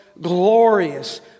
glorious